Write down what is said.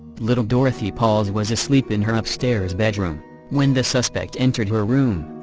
little dorothy pauls was asleep in her upstairs bedroom when the suspect entered her room,